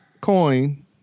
coin